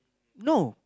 no